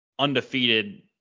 undefeated